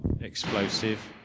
explosive